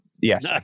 yes